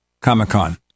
Comic-Con